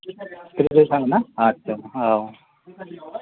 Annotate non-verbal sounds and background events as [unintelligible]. [unintelligible] नांगोन ना आटसा औ [unintelligible]